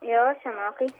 jo senokai